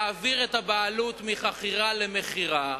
להעביר את הבעלות מחכירה למכירה,